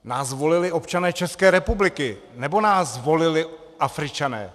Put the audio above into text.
Nás volili občané České republiky, nebo nás volili Afričané?